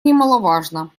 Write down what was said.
немаловажно